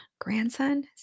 grandson